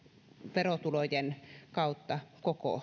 verotulojen kautta koko